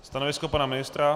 Stanovisko pana ministra?